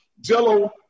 Jello